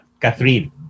Catherine